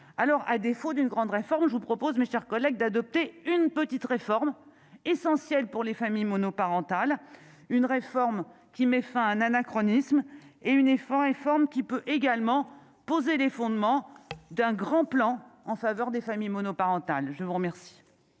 alors, à défaut d'une grande réforme, je vous propose mes chers collègues, d'adopter une petite réforme essentielle pour les familles monoparentales, une réforme qui met fin à un anachronisme et une effort réforme qui peut également poser les fondements d'un grand plan en faveur des familles monoparentales, je vous remercie.